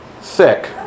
Thick